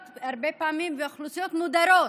הרבה פעמים אלו אוכלוסיות מוחלשות ואוכלוסיות מודרות